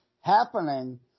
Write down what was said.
happening